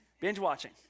Binge-watching